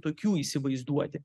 tokių įsivaizduoti